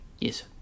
Yes